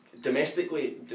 domestically